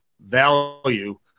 value